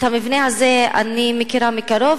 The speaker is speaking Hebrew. את המבנה הזה אני מכירה מקרוב,